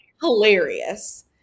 hilarious